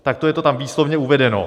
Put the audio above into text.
Takto je to tam výsledně uvedeno.